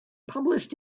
published